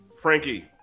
Frankie